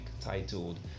titled